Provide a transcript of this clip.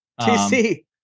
TC